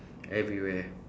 everywhere